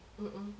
mm mm